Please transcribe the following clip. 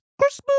Christmas